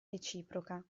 reciproca